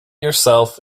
yourself